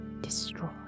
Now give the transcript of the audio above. destroy